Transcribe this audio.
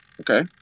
Okay